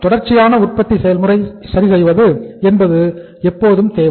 அதனால் தொடர்ச்சியான உற்பத்தி செயல்முறை சரி செய்வது என்பதுஎப்போதும் தேவை